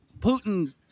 Putin